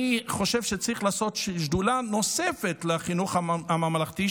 אני חושב שצריך לעשות שדולה נוספת לחינוך הממלכתי,